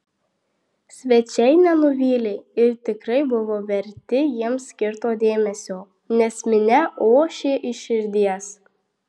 svečiai nenuvylė ir tikrai buvo verti jiems skirto dėmesio nes minia ošė iš širdies